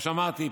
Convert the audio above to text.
כמו שאמרתי,